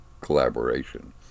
collaboration